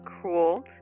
Cruel